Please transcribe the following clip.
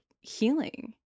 healing